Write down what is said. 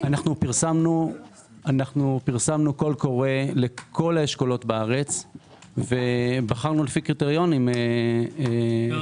פרסמנו קול קורא לכל האשכולות בארץ ובחנו לפי קריטריונים את האשכול,